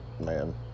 man